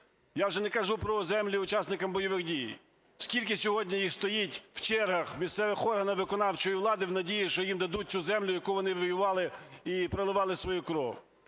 Я вже не кажу про землі учасникам бойових дій. Скільки сьогодні їх стоїть у чергах місцевих органів виконавчої влади в надії, що їм дадуть цю землю, на якій вони воювали і проливали свою кров.